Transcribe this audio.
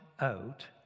out